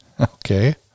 Okay